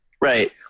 Right